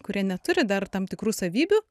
kurie neturi dar tam tikrų savybių